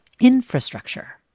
infrastructure